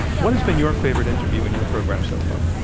what has been your favorite interview on your program so far?